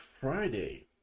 Friday